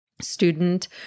student